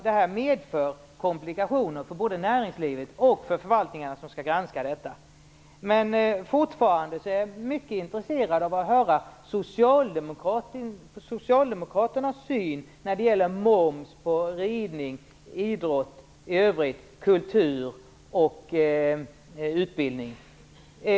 Det här medför nämligen komplikationer, både för näringslivet och för de förvaltningar som skall granska detta. Jag är också fortfarande mycket intresserad av att höra Socialdemokraternas syn när det gäller moms på ridning, idrott i övrigt, kultur och utbildning.